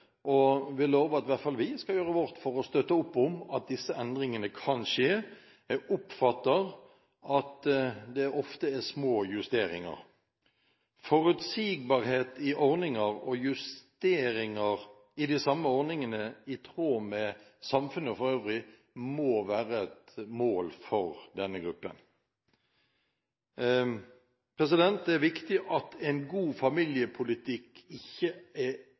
at i hvert fall vi skal gjøre vårt for å støtte opp om at disse endringene kan skje. Jeg oppfatter at det ofte er snakk om små justeringer. Forutsigbarhet i ordninger og justeringer i de samme ordningene i tråd med samfunnet for øvrig må være et mål for denne gruppen. Det er viktig at en god familiepolitikk ikke